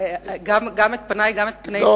גם את פני וגם את פני כל,